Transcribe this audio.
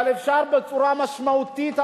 אבל אפשר,